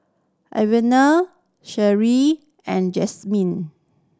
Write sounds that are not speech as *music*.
Ivana *unintelligible* and Jazmine